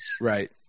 Right